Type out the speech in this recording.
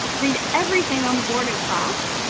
read everything on the board in class,